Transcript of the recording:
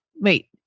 wait